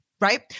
right